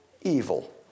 evil